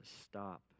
stop